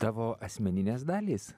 tavo asmeninės dalys